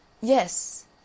YES